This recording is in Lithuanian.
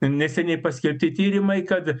neseniai paskelbti tyrimai kad